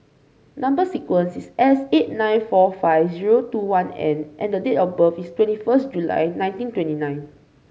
number sequence is S eight nine four five zero two one N and date of birth is twenty first July nineteen twenty nine